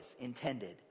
intended